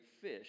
fish